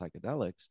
psychedelics